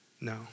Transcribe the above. No